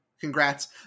congrats